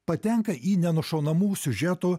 patenka į nenušaunamų siužetų